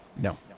No